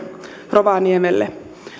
rovaniemelle